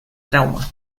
trauma